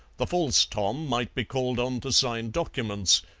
the false tom might be called on to sign documents,